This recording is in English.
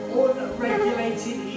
unregulated